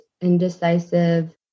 indecisive